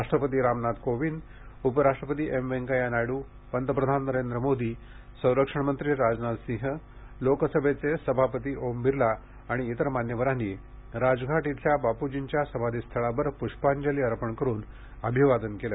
राष्ट्रपती रामनाथ कोविंद उपराष्ट्रपती एम व्यंकय्या नायडू पंतप्रधान नरेंद्र मोदी संरक्षणमंत्री राजनाथ सिंह लोकसभेचे सभापती ओम बिर्ला आणि इतर मान्यवरांनी राजघाट येथील बापूजींच्या समाधीस्थळावर पुष्पांजली अर्पण करून अभिवादन केले